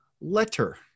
letter